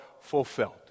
fulfilled